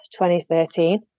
2013